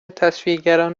تصویرگران